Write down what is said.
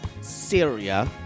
Syria